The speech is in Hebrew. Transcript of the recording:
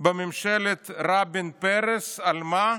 בממשלת רבין-פרס, על מה?